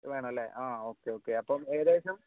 വേണമല്ലേ ആ okay okay അപ്പോൾ ഏകദേശം